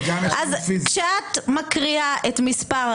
אז כשאת מקריאה את מספר